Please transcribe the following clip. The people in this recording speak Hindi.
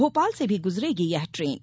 भोपाल से भी गुजरेगी यह ट्रेन